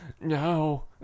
no